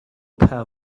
pair